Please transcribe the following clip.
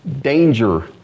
danger